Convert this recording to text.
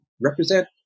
represent